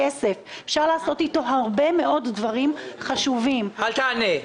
כסף ואפשר לעשות עם זה הרבה מאוד דברים חשובים --- אל תענה,